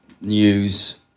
news